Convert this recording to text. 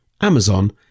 Amazon